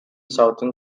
southern